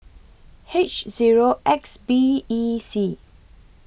H Zero X B E C